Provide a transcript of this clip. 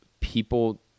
people